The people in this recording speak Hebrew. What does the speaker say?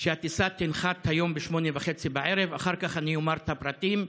שהטיסה תנחת היום ב-20:30 בערב ואחר כך אני אומר את הפרטים,